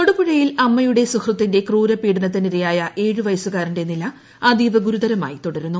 തൊടുപുഴയിൽ അമ്മിയുടെ സുഹൃത്തിന്റെ ന് ക്രൂരപീഡനത്തിന്റ് ഇരയായ ഏഴു വയസുകാരന്റെ നില അതീവ ഗുരുതർമായി തുടരുന്നു